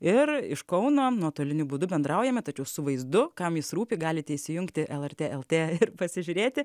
ir iš kauno nuotoliniu būdu bendraujame tačiau su vaizdu kam jis rūpi galite įsijungti lrt lt ir pasižiūrėti